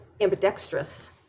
ambidextrous